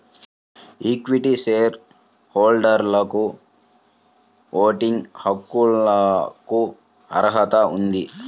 equity share హోల్డర్లకుఓటింగ్ హక్కులకుఅర్హత ఉంది